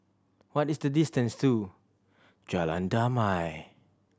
what is the distance to Jalan Damai